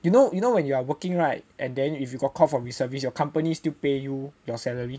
you know you know when you are working right and then if you got a call from reservice your company still pay you your salary